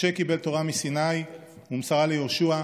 "משה קיבל תורה מסיני ומסרה ליהושע,